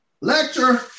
Lecture